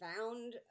found